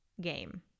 game